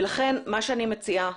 לכן מה שאני מציעה,